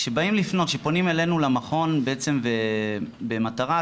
כשפונים אלינו למכון במטרה,